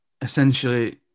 essentially